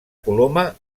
coloma